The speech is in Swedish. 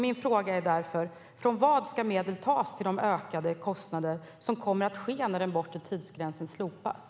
Min fråga är därför: Från vad ska medel tas till de ökade kostnader som kommer att uppstå när den bortre tidsgränsen slopas?